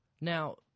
Now